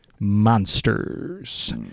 Monsters